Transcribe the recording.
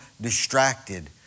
distracted